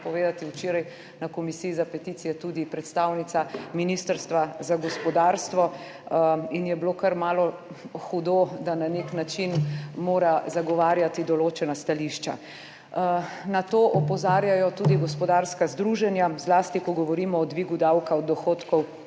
povedati, včeraj na Komisiji za peticije tudi predstavnica Ministrstva za gospodarstvo in je bilo kar malo hudo, da na nek način mora zagovarjati določena stališča. Na to opozarjajo tudi gospodarska združenja, zlasti ko govorimo o dvigu davka od dohodkov